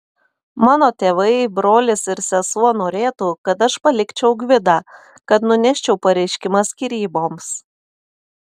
mano tėvai brolis ir sesuo norėtų kad aš palikčiau gvidą kad nuneščiau pareiškimą skyryboms